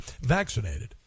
vaccinated